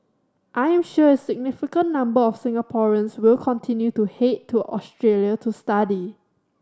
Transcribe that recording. I am sure a significant number of Singaporeans will continue to head to Australia to study